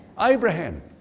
Abraham